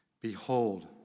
Behold